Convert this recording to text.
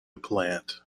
plant